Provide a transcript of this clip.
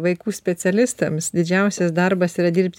vaikų specialistiams didžiausias darbas yra dirbti